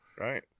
right